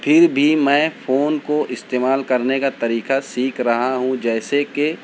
پھر بھی میں فون کو استعمال کرنے کا طریقہ سیکھ رہا ہوں جیسے کہ